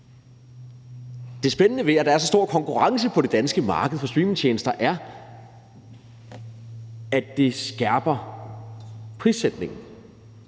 Det spændende ved, at der er så stor konkurrence på det danske marked for streamingtjenester, er, at det skærper prissætningen.